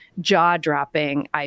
jaw-dropping